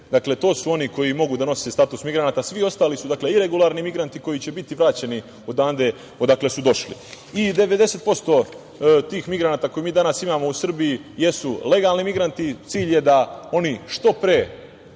Dakle, to su oni koji mogu da nose status migranata, svi ostali su i regularni migranti koji će biti vraćeni odande odakle su došli i 90% tih migranata koje danas imamo u Srbiju jesu legalni migranti. Cilj je da oni što pre